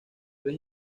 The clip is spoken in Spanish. vez